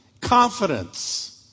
confidence